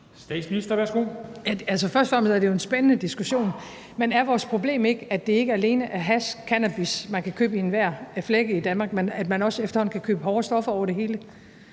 (Mette Frederiksen): Først og fremmest er det jo en spændende diskussion. Men er vores problem ikke, at det ikke alene er hash, altså cannabis, som man kan købe i enhver flække i Danmark, men at man også efterhånden kan købe hårde stoffer over det hele?